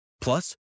Plus